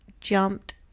jumped